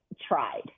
tried